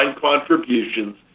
contributions